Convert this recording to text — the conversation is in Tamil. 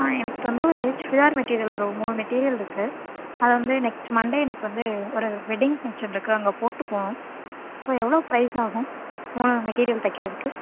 ஆ எனக்கு வந்து ஒரு சுடிதார் மெட்டீரியல் ஒரு மூணு மெட்டீரியல் இருக்கு அதைவந்து நெக்ஸ்ட் மண்டே எனக்கு வந்து ஒரு வெட்டிங் ஃபங்க்ஷன் இருக்கு அங்கே போட்டு போவணும் எவ்வளோ ப்ரைஸ் ஆகும் மூணு மெட்டீரியல் தைக்கிறதுக்கு